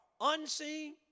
unseen